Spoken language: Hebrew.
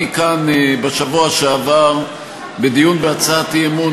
אני כאן בשבוע שעבר בדיון בהצעת אי-אמון